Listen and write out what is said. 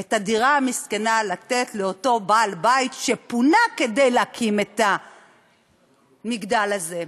את הדירה המסכנה לתת לאותו בעל-בית שפונה כדי להקים את המגדל הזה.